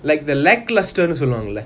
like the lacklustre சொல்லுவாங்களா:soluvangala